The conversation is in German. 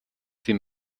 sie